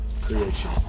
creation